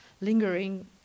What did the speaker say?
lingering